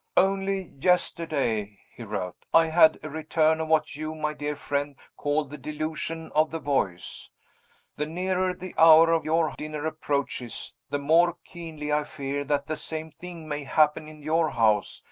only yesterday, he wrote, i had a return of what you, my dear friend, call the delusion of the voice the nearer the hour of your dinner approaches, the more keenly i fear that the same thing may happen in your house.